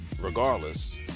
Regardless